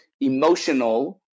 emotional